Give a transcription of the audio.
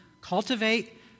cultivate